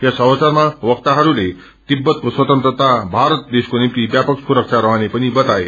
यस अवसरमा वक्ताहस्ले तिब्बतको स्वतन्त्रता भारत देशको निभ्सि व्यापक मुरक्षा रहने पनि बताए